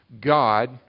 God